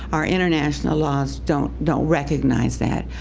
our international laws don't don't recognize that.